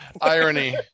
irony